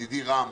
ידידי רם,